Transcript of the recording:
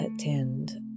attend